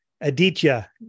aditya